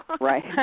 Right